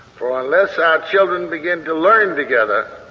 for unless our children begin to learn together,